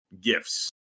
gifts